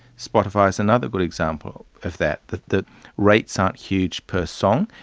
spotify is another good example of that, that the rates aren't huge per song,